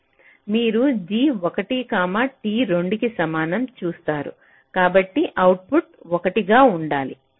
మీరు g 1 t 2 కి సమానం చూస్తారు కాబట్టి అవుట్పుట్ 1 గా ఉండాలి